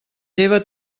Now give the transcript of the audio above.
lleva